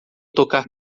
tocar